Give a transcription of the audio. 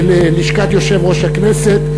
ללשכת יושב-ראש הכנסת,